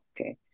okay